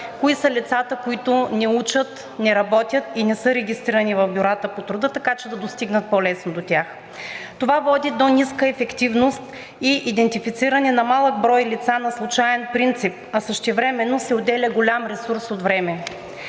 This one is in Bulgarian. кои са лицата, които не учат, не работят и не са регистрирани в бюрата по труда, така че да достигнат по-лесно до тях. Това води до ниска ефективност и идентифициране на малък брой лица на случаен принцип, а същевременно се отделя голям ресурс от време.